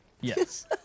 Yes